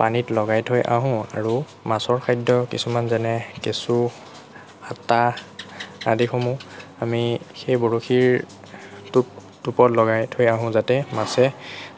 পানীত লগাই থৈ আহোঁ আৰু মাছৰ খাদ্য কিছুমান যেনে কেঁচু আটা আদিসমূহ আমি সেই বৰশীৰ টোপ টোপত লগাই থৈ আহোঁ যাতে মাছে